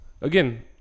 again